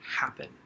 happen